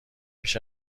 بیش